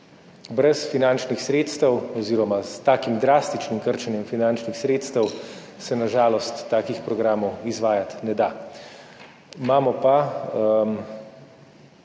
Brez finančnih sredstev oziroma s takim drastičnim krčenjem finančnih sredstev se na žalost takih programov izvajati ne da.